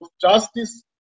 justice